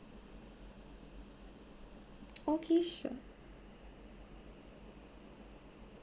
okay sure